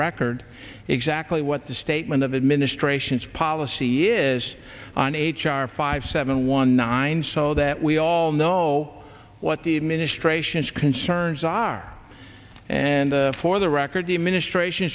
record exactly what the statement of the administration's policy is on h r five seven one nine so that we all know what the administration's concerns are and for the record the administration